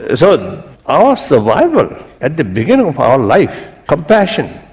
ah so our survival at the beginning of our life compassion,